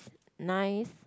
nice